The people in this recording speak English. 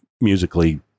musically